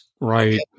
Right